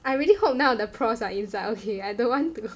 I really hope none of the profs are inside okay I don't want to